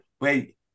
wait